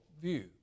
view